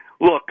Look